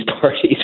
parties